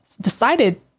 decided